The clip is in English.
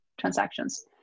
transactions